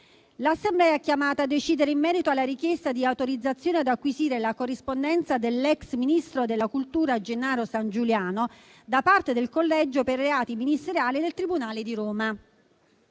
L'Assemblea è chiamata a decidere in merito alla richiesta di autorizzazione ad acquisire la corrispondenza dell'ex ministro della cultura Gennaro Sangiuliano da parte del Collegio per i reati ministeriali del Tribunale di Roma.